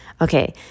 Okay